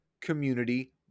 community